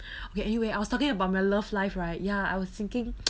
okay anyway I was talking about my love life right ya I was thinking